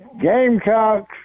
Gamecocks